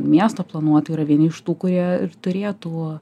miesto planuotojai yra vieni iš tų kurie ir turėtų